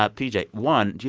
ah pj, like one, yeah